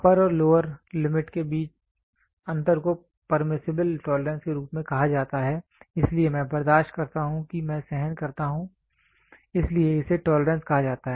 upper और lower limit के बीच अंतर को परमीसिबल टॉलरेंस के रूप में कहा जाता है इसलिए मैं बर्दाश्त करता हूं कि मैं सहन करता हूं इसलिए इसे टॉलरेंस कहा जाता है